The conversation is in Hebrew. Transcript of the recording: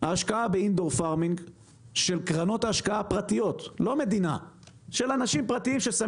את מה שקרה ברחובות סביב 1920. רחובות הייתה עיר של גפנים ולא גידלו שם